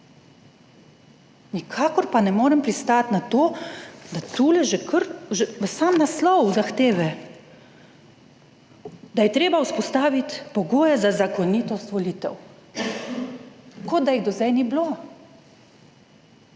Nikakor pa ne morem pristati na to, da tule že kar že sam naslov zahteve, da je treba vzpostaviti pogoje za zakonitost volitev, kot da jih do zdaj ni bilo.